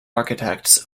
architects